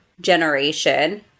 generation